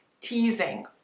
teasing